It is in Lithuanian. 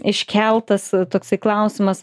iškeltas toksai klausimas